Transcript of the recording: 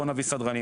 בואו נביא סדרנים,